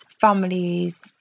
Families